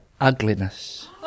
ugliness